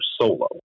solo